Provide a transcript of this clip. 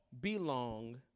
belong